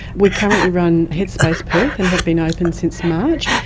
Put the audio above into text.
we currently run headspace perth and have been opened since march,